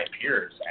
peers